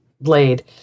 blade